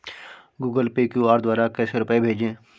Google Pay QR द्वारा कैसे रूपए भेजें?